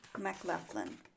McLaughlin